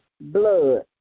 blood